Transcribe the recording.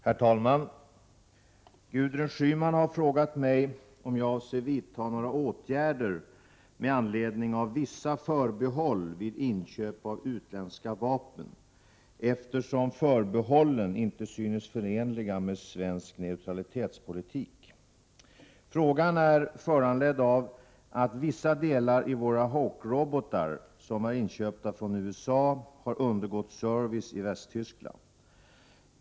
Herr talman! Gudrun Schyman har frågat mig om jag avser vidta några åtgärder med anledning av vissa förbehåll vid inköp av utländska vapen, eftersom förbehållen inte synes förenliga med svensk neutralitetspolitik. Frågan är föranledd av att vissa delar i våra Hawk-robotar som är inköpta från USA har undergått service i Västtyskland.